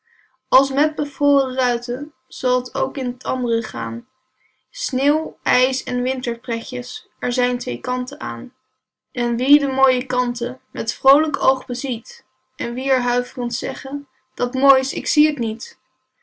als met bevroren ruiten zal t ook in t and're gaan sneeuw ijs en winterpretjes er zijn twee kanten aan en wie de mooie kanten met vroolijk oog beziet en wie er huiv'rend zeggen dat moois ik zie het niet